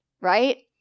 right